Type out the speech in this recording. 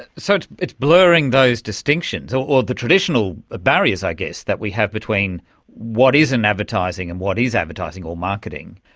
so it's blurring those distinctions or the traditional ah barriers i guess that we have between what isn't advertising and what is advertising or marketing.